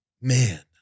Man